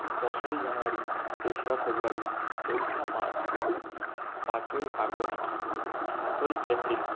দশই জানুয়ারি তেসরা ফেব্রুয়ারি চৌঠা মার্চ পাঁচই আগস্ট সাতই এপ্রিল